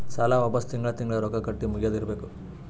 ಸಾಲ ವಾಪಸ್ ತಿಂಗಳಾ ತಿಂಗಳಾ ರೊಕ್ಕಾ ಕಟ್ಟಿ ಮುಗಿಯದ ಇರ್ಬೇಕು